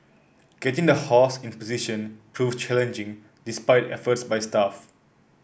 getting the horse in position proved challenging despite efforts by staff